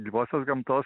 gyvosios gamtos